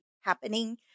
happening